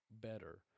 better